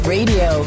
Radio